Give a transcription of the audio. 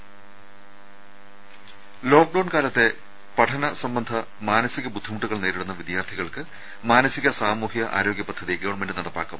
ദരദ ലോക്ഡൌൺ കാലത്തെ പഠന സംബന്ധ മാനസിക ബുദ്ധിമുട്ടുകൾ നേരിടുന്ന വിദ്യാർത്ഥികൾക്ക് മാനസിക സാമൂഹ്യ ആരോഗ്യ പദ്ധതി ഗവൺമെന്റ് നടപ്പാക്കും